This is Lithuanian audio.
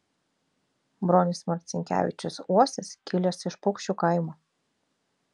bronius marcinkevičius uosis kilęs iš paukščių kaimo